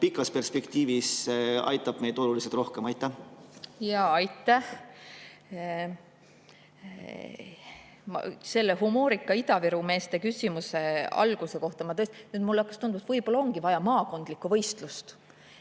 pikas perspektiivis aitab meid oluliselt rohkem? Aitäh! Selle humoorika Ida-Viru meeste küsimuse alguse kohta: nüüd mulle hakkas tunduma, et võib-olla ongi vaja maakondlikku võistlust.